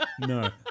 No